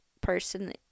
person